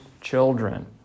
children